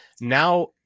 now